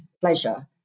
pleasure